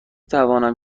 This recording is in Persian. توانم